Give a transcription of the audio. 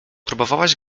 próbowałaś